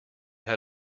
how